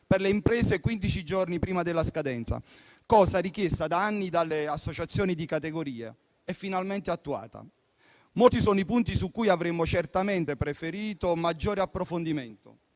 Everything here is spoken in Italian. per le imprese quindici giorni prima della scadenza: misura richiesta da anni dalle associazioni di categoria e finalmente attuata. Molti sono i punti su cui avremmo certamente preferito maggiore approfondimento